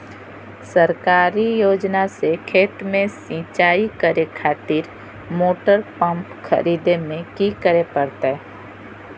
सरकारी योजना से खेत में सिंचाई करे खातिर मोटर पंप खरीदे में की करे परतय?